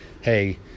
hey